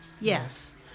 Yes